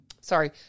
sorry